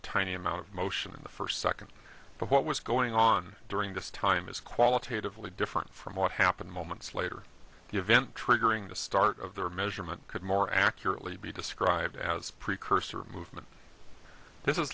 a tiny amount of motion in the first second but what was going on during this time is qualitatively different from what happened moments later the event triggering the start of their measurement could more accurately be described as precursor movement this is